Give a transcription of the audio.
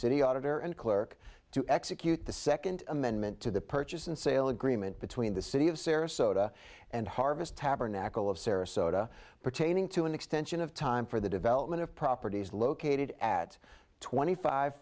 city auditor and clerk to execute the second amendment to the purchase and sale agreement between the city of sarasota and harvest tabernacle of sarasota pertaining to an extension of time for the development of properties located at twenty five